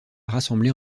rassemblés